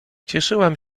cieszyłam